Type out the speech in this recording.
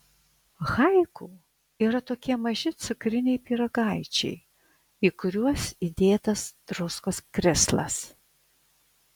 haiku yra tokie maži cukriniai pyragaičiai į kuriuos įdėtas druskos krislas